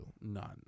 None